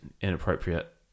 inappropriate